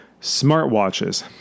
smartwatches